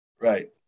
Right